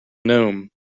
gnome